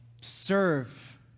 serve